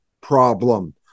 problem